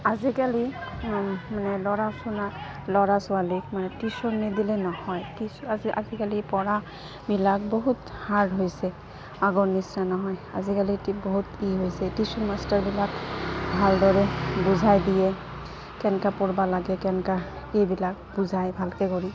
আজিকালি মানে ল'ৰাসোণা ল'ৰা ছোৱালীক মানে টিউশ্যন নিদিলে নহয় আজিকালি পঢ়াবিলাক বহুত হাৰ্ড হৈছে আগৰ নিচিনা নহয় আজিকালি বহুত কি হৈছে টিউশ্যন মাষ্টাৰবিলাক ভালদৰে বুজাই দিয়ে কেনকা পঢ়বা লাগে কেনকা এইবিলাক বুজায় ভালকৈ কৰি